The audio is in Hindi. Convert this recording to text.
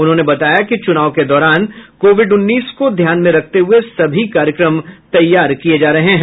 उन्होंने बताया कि चुनाव के दौरान कोविड उन्नीस को ध्यान में रखते हुये सभी कार्यक्रम तैयार किये जा रहे हैं